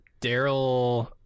Daryl